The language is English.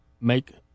make